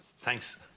Thanks